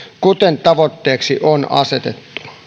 kuten tavoitteeksi on asetettu